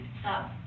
stop